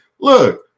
look